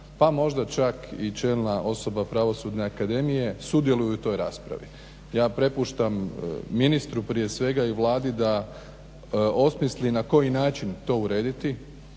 pa možda čak i čelna osoba pravosudne akademije sudjeluju u toj raspravi. Ja prepuštam ministru prije svega i Vladi da osmisli na koji način to urediti,